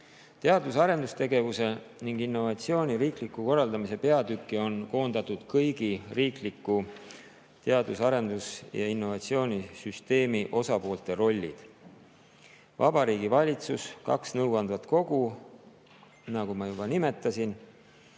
Teadus- ja arendustegevuse ning innovatsiooni riikliku korraldamise peatükki on koondatud kõigi riiklikku teadus- ja arendustegevuse ning innovatsiooni süsteemi kuuluvate osapoolte rollid: Vabariigi Valitsus, kaks nõuandvat kogu, nagu ma juba nimetasin,